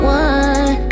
one